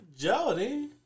Jody